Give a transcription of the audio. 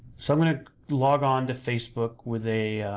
so i'm gonna log on to facebook with a